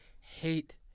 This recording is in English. hate